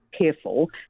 careful